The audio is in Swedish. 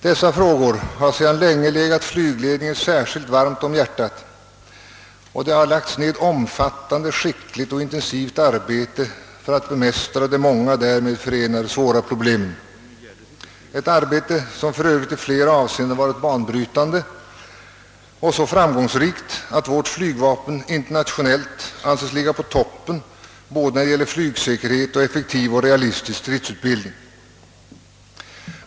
Dessa frågor har sedan länge legat flygledningen särskilt varmt om hjärtat, och det har lagts ned omfattande, skickligt och intensivt arbete för att bemästra de många därmed förenade svåra problemen. Detta arbete har för övrigt i flera avseenden varit banbrytande och så framgångsrikt att vårt flygvapen internationellt anses ligga på toppen när det gäller både flygsäkerhet och effektiv, realistisk stridsutbildning.